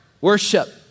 worship